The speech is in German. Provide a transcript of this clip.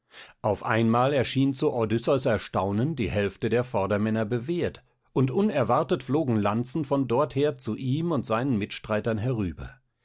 auf einmal erschien zu odysseus erstaunen die hälfte der vordermänner bewehrt und unerwartet flogen lanzen von dorther zu ihm und seinen mitstreitern herüber